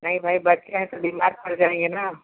नहीं भाई बच्चें हैं तो बीमार पड़ जाएँगे ना